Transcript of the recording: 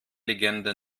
legende